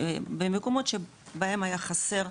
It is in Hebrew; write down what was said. במקומות שבהם היה חסר,